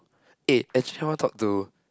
eh actually I want to talk to